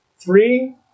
three